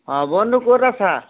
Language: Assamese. অঁ বন্ধু ক'ত আছা